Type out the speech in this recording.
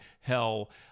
hell